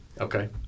Okay